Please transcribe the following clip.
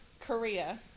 Korea